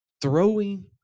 throwing